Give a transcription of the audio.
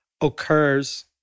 occurs